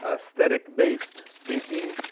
aesthetic-based thinking,